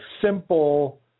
simple